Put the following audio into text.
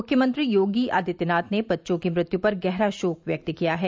मुख्यमंत्री योगी आदित्यनाथ ने बच्चों की मृत्यु पर गहरा शोक व्यक्त किया है